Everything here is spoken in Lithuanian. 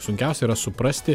sunkiausia yra suprasti